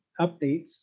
updates